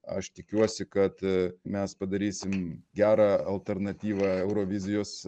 aš tikiuosi kad mes padarysim gerą alternatyvą eurovizijos